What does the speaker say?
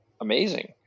amazing